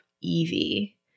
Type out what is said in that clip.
Evie